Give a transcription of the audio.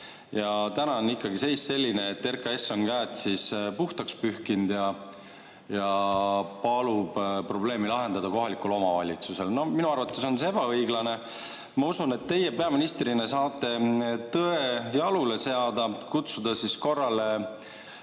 Ja täna on ikkagi seis selline, et RKAS on käed puhtaks pühkinud ja palub probleemi lahendada kohalikul omavalitsusel. Minu arvates on see ebaõiglane. Ma usun, et teie peaministrina saate tõe jalule seada ja Siseministeeriumi